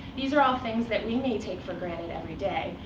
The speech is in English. these are all things that we may take for granted every day,